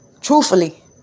Truthfully